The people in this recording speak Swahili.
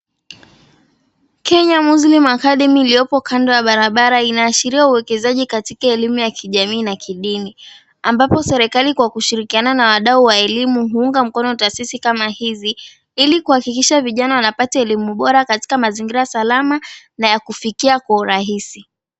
Kenya Muslim Academy iliyoko kando ya barabara inaashiria uwekezaji katika elimu ya kijamii na kidini. Ambapo serikali kwa kushirikiana na wadau wa elimu huunga mkono taasisi kama hizi, ili kuhakikisha vijana wanapata elimu bora katika mazingira salama, na ya kufikia kwa urahisi.